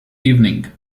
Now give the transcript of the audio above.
evening